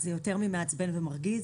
זה יותר ממעצבן ומרגיז,